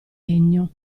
legno